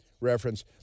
reference